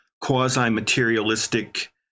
quasi-materialistic